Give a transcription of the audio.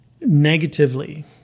negatively